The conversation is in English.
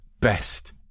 best